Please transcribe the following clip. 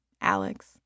Alex